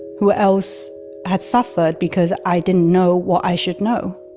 who else had suffered because i didn't know what i should know